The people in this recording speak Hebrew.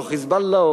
או "חיזבאללה",